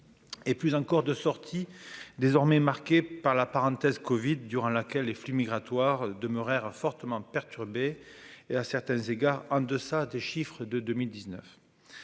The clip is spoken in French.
et plus encore de sortie désormais marquée par la parenthèse Covid durant laquelle les flux migratoires de Maurer a fortement perturbé et à certains égards, en deçà des chiffres de 2019